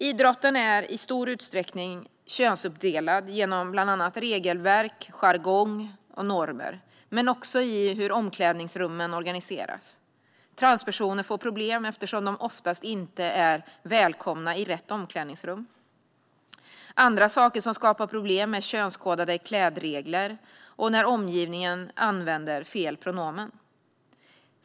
Idrotten är i stor utsträckning könsuppdelad genom bland annat regelverk, jargong och normer men också genom hur omklädningsrummen organiseras. Transpersoner får problem eftersom de oftast inte är välkomna i rätt omklädningsrum. Andra saker som skapar problem är könskodade klädregler och när omgivningen använder fel pronomen.